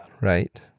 right